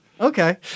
Okay